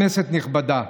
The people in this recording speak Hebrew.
כנסת נכבדה,